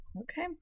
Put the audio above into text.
okay